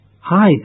Hi